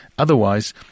otherwise